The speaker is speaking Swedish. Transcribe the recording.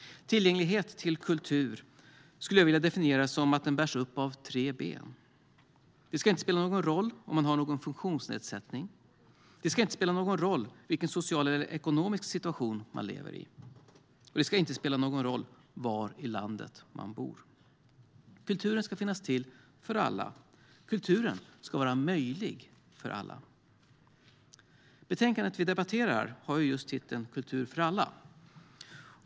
Jag skulle vilja definiera det som att tillgänglighet till kultur bärs upp av tre ben. Det ska inte spela någon roll om man har någon funktionsnedsättning. Det ska inte spela någon roll vilken social eller ekonomisk situation man lever i. Det ska inte spela någon roll var i landet man bor. Kulturen ska finnas till för alla. Kulturen ska vara möjlig för alla. Betänkandet vi debatterar har just titeln Kultur för alla .